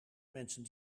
mensen